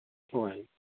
ꯍꯣꯏ